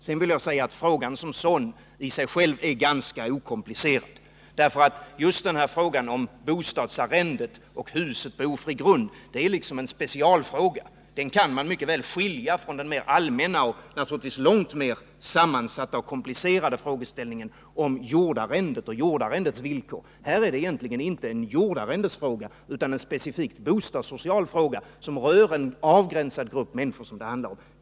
Sedan vill jag säga att frågan som sådan är ganska okomplicerad. Den avser bostadsarrende och hus på ofri grund och är en specialfråga, som man mycket väl kan skilja från den mer allmänna och givetvis långt mer sammansatta och komplicerade frågeställningen om jordarrendet och dess villkor. Det här är ju egentligen inte en jordarrendefråga, utan en specifik bostadssocial fråga som rör en begränsad grupp människor.